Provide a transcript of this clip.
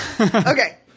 Okay